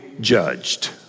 judged